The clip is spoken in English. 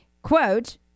Quote